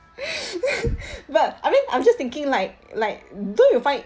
but I mean I'm just thinking like like don't you find